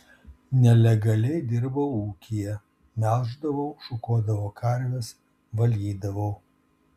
nelegaliai dirbau ūkyje melždavau šukuodavau karves valydavau